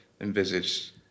envisaged